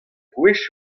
gwech